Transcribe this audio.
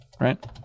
right